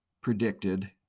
predicted